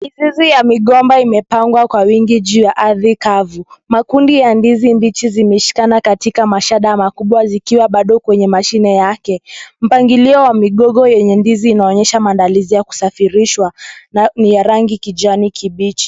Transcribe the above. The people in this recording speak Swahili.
Ndizi ya migomba imepangwa kwa wingi juu ya ardhi kavu. Makundi ya ndizi mbichi zimeshikana katika mashada makubwa zikiwa bado kwenye mashina yake. Mpangilio wa migogo yenye ndizi inaonyesha maandalizi ya kusafirishwa na ni ya rangi kijani k.ibichi.